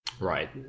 right